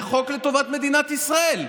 זה חוק לטובת מדינת ישראל.